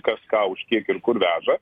kas ką už kiek ir kur veža